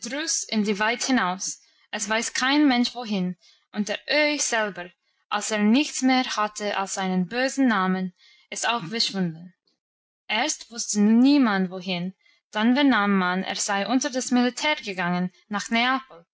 in die welt hinaus es weiß kein mensch wohin und der öhi selber als er nichts mehr hatte als einen bösen namen ist auch verschwunden erst wusste niemand wohin dann vernahm man er sei unter das militär gegangen nach neapel